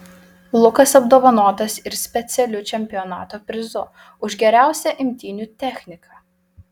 lukas apdovanotas ir specialiu čempionato prizu už geriausią imtynių techniką